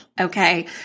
Okay